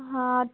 हाँ